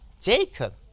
Jacob